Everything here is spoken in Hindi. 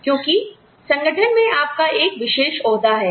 क्योंकि संगठन में आपका एक विशेष ओहदा है